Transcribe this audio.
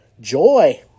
joy